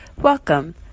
Welcome